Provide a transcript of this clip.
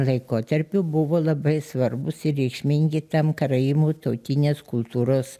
laikotarpiu buvo labai svarbūs ir reikšmingi tam karaimų tautinės kultūros